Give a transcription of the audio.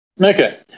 Okay